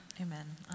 amen